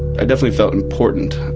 i definitely felt important.